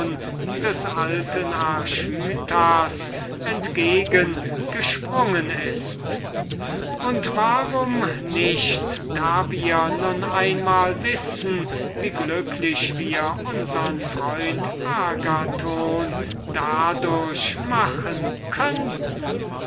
des alten archytas entgegengesprungen ist und warum nicht nachdem wir nun einmal wissen wie glücklich wir unsern freund agathon dadurch machen